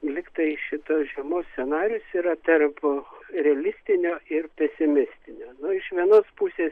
lygtai šitos žiemos scenarijus yra tarp realistinio ir pesimistinio nu iš vienos pusės